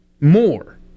more